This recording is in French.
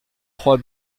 trois